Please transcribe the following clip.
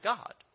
God